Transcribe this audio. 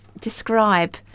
describe